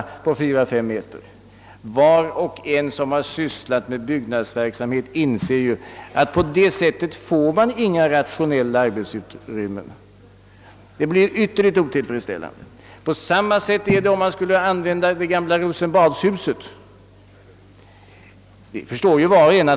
Var och en som sysslat med byggnadsfrågor inser att man inte på det sättet får några rationella arbetsutrymmen. De blir ytterligt otillfredsställande, Det blir på samma sätt om vi använder det gamla Rosenbad.